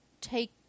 take